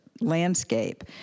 landscape